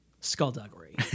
skullduggery